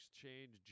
change